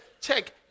check